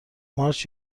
مارج